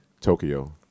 Tokyo